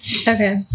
Okay